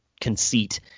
conceit